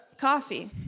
coffee